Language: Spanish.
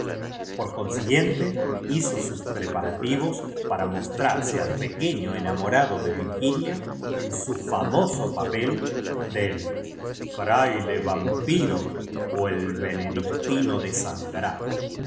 pnr consiguiente hizo sus preparativos para mostrarse al pequeño enamorado de virginia en su famoso papel del fraile vampiro o el benedictino desangrado era